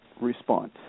response